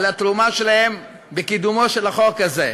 על התרומה שלהם בקידומו של החוק הזה,